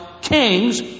kings